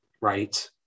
right